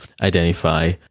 identify